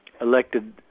elected